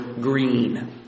green